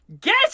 Get